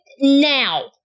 now